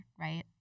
right